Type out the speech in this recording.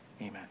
amen